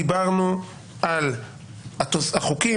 דיברנו על החוקים,